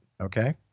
Okay